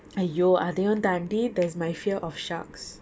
!aiyo! அதையும் தாண்டி:athaiyum thaandi there's my fear of sharks